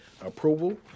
approval